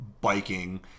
biking